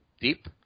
deep